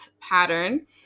pattern